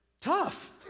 tough